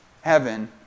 heaven